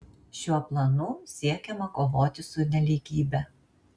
šiuo planu siekiama kovoti su nelygybe